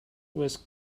was